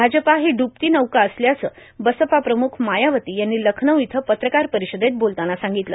भाजपा ही ड्रबती नौका असल्याचं बसपा प्रमुख मायावती यांनी लखनऊ इथं प्रत्रकार परिषदेत बोलताना सांगितलं